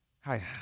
Hi